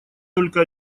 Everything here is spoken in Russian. только